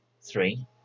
three